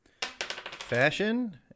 Fashion